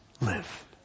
live